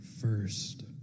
first